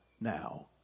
now